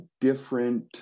different